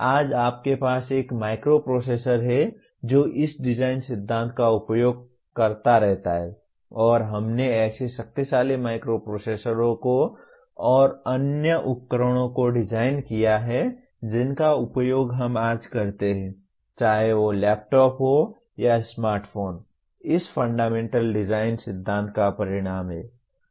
आज आपके पास एक माइक्रोप्रोसेसर है जो इस डिज़ाइन सिद्धांत का उपयोग करता रहता है और हमने ऐसे शक्तिशाली माइक्रोप्रोसेसरों और उन उपकरणों को डिज़ाइन किया है जिनका उपयोग हम आज करते हैं चाहे वह लैपटॉप हो या स्मार्टफ़ोन इस फंडामेंटल डिज़ाइन सिद्धांत का परिणाम है